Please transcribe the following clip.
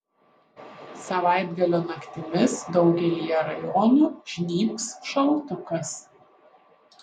savaitgalio naktimis daugelyje rajonų žnybs šaltukas